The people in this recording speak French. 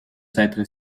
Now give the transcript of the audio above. s’être